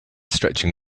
stretching